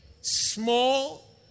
small